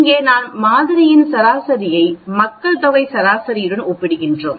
இங்கே நாம் மாதிரியின் சராசரியை மக்கள் தொகை சராசரியுடன் ஒப்பிடுகிறோம்